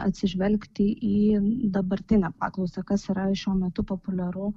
atsižvelgti į dabartinę paklausą kas yra šiuo metu populiaru